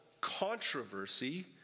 controversy